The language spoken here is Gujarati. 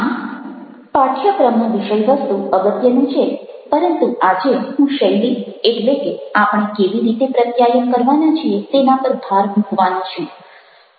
આમ પાઠ્યક્રમનું વિષયવસ્તુ અગત્યનું છે પરંતુ આજે હું શૈલી એટલે કે આપણે કેવી રીતે પ્રત્યાયન કરવાના છીએ તેના પર ભાર મૂકવાનો છું